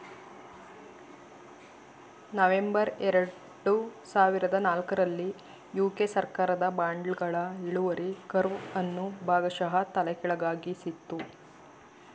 November ಎರಡು ಸಾವಿರದ ನಾಲ್ಕು ರಲ್ಲಿ ಯು.ಕೆ ಸರ್ಕಾರದ ಬಾಂಡ್ಗಳ ಇಳುವರಿ ಕರ್ವ್ ಅನ್ನು ಭಾಗಶಃ ತಲೆಕೆಳಗಾಗಿಸಿತ್ತು